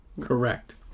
Correct